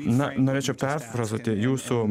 na norėčiau perfrazuoti jūsų